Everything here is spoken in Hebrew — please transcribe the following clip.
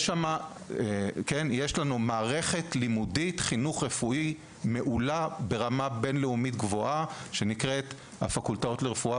יש לנו מערכת לימודית ברמה בינלאומית גבוהה בפקולטות לרפואה,